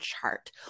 chart